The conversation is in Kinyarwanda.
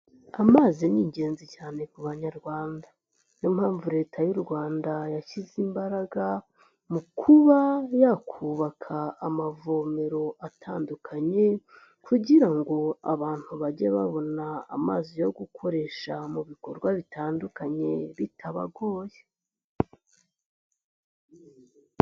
Amazi ni ingenzi cyane ku Banyarwanda, ni yo mpamvu Leta y'u Rwanda yashyize imbaraga mu kuba yakubaka amavomero atandukanye kugira ngo abantu bajye babona amazi yo gukoresha mu bikorwa bitandukanye bitabagoye.